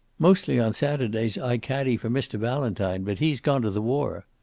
mostly on saturdays i caddie for mr. valentine. but he's gone to the war.